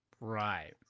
Right